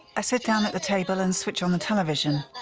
i sit down at the table and switch on the television.